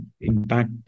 impact